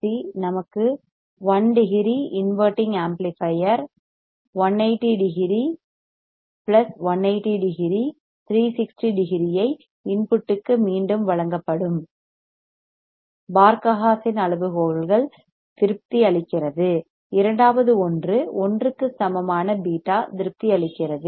C RC நமக்கு one degree inverting amplifier 180 degree 180 plus 180 360 டிகிரியை இன்புட்டுக்கு மீண்டும் வழங்கப்படும் பார்க ஹா சென் அளவுகோல்கள் திருப்தி அளிக்கிறது இரண்டாவது ஒன்று 1 க்கு சமமான பீட்டா திருப்தி அளிக்கிறது